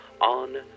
on